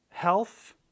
health